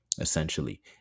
essentially